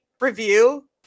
review